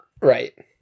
Right